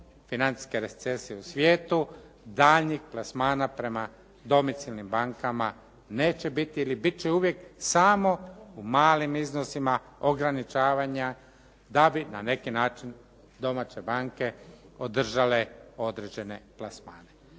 financijske recesije u svijetu, daljnjih plasmana prema domicilnim bankama neće biti ili biti će uvijek samo u malim iznosima ograničavanja da bi na neki način domaće banke održale određene plasmane.